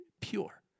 pure